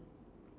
mm